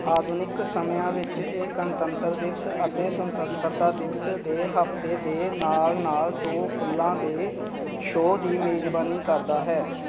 ਆਧੁਨਿਕ ਸਮਿਆਂ ਵਿੱਚ ਇਹ ਗਣਤੰਤਰ ਦਿਵਸ ਅਤੇ ਸੁਤੰਤਰਤਾ ਦਿਵਸ ਦੇ ਹਫ਼ਤੇ ਦੇ ਨਾਲ ਨਾਲ ਦੋ ਫੁੱਲਾਂ ਦੇ ਸ਼ੋਅ ਦੀ ਮੇਜ਼ਬਾਨੀ ਕਰਦਾ ਹੈ